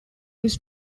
his